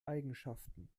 eigenschaften